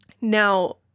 Now